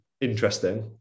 interesting